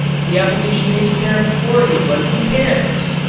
the application takes care of it for you? like who cares?